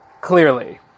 clearly